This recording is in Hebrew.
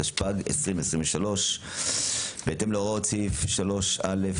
התשפ"ג 2023. בהתאם להוראות סעיף 3א(ו)